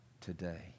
today